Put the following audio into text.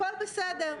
הכול בסדר.